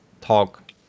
talk